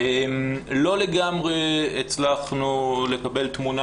למיטב הבנתי לא לגמרי הצלחנו לקבל תמונה